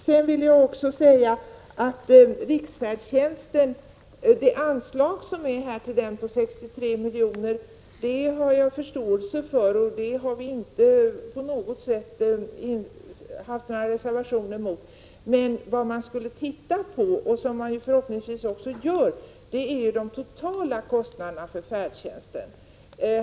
Att det anslås 63 miljoner till riksfärdtjänsten har jag förståelse för. Vi har inte på något sätt reserverat oss mot det. Men man kunde se över — och det gör man också förhoppningsvis — de totala kostnaderna för färdtjänsten.